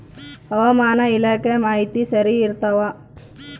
ಹವಾಮಾನ ಇಲಾಖೆ ಮಾಹಿತಿ ಸರಿ ಇರ್ತವ?